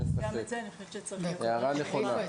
הערה נכונה.